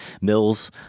Mills